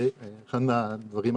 זה אחד מהדברים החשובים.